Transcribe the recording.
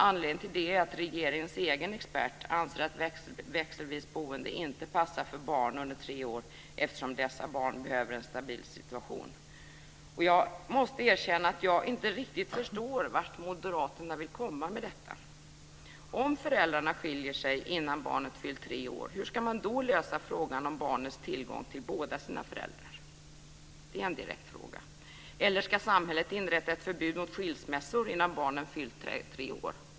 Anledningen till det är att regeringens egen expert anser att växelvis boende inte passar för barn under tre år eftersom dessa barn behöver en stabil situation. Jag måste erkänna att jag inte riktigt förstår vart Moderaterna vill komma med detta. Om föräldrarna skiljer sig innan barnet fyllt tre år, hur ska man då lösa frågan om barnets tillgång till båda sina föräldrar? Det är en direkt fråga. Eller ska samhället inrätta ett förbud mot skilsmässor innan barnen fyllt tre år?